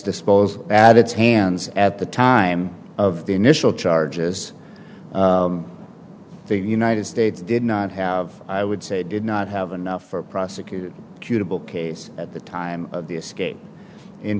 disposal at its hands at the time of the initial charges the united states did not have i would say did not have enough for prosecuting cuticle case at the time of the escape in